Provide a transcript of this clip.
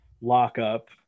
lockup